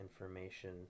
information